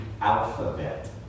alphabet